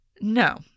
No